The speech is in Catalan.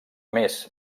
més